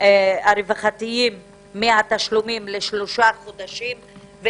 הרווחתיים מהתשלומים לשלושה חודשים,